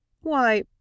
Why